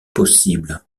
possible